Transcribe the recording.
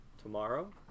tomorrow